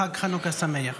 חג חנוכה שמח.